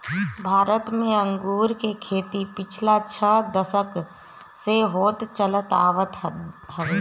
भारत में अंगूर के खेती पिछला छह दशक से होत चलत आवत हवे